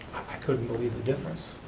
i couldn't believe the difference.